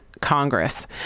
Congress